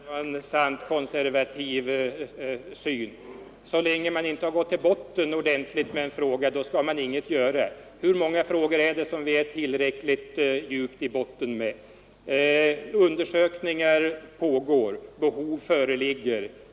Herr talman! Detta var en sant konservativ syn: Så länge man inte gått till botten ordentligt med en fråga skall man inget göra! Hur många frågor är vi tillräckligt djupt i botten med? Undersökningar pågår, behov föreligger.